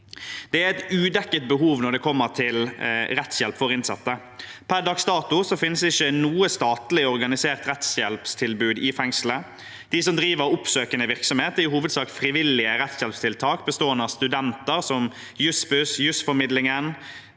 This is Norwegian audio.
Det er et udekket behov når det gjelder rettshjelp for innsatte. Per dags dato finnes ikke noe statlig organisert rettshjelpstilbud i fengselet. De som driver oppsøkende virksomhet, er i hovedsak frivillige rettshjelpstiltak bestående av studenter, slik som Jussbuss,